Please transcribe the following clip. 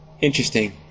Interesting